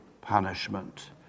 punishment